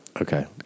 Okay